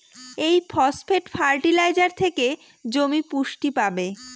এই phosphate fertiliser থেকে জমি পুষ্টি পাবে